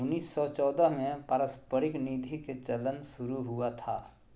उन्नीस सौ चौदह में पारस्परिक निधि के चलन शुरू हुआ था